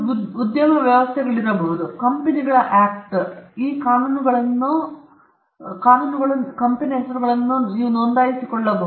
ಕೆಲವು ಉದ್ಯಮ ವ್ಯವಸ್ಥೆಗಳಿರಬಹುದು ಕಂಪೆನಿಗಳ ಆಕ್ಟ್ ನಂತಹ ಇತರ ಕಾನೂನುಗಳು ನೀವು ಕಂಪೆನಿ ಹೆಸರುಗಳನ್ನು ನೋಂದಾಯಿಸಿಕೊಳ್ಳಬಹುದು